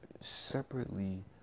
separately